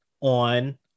on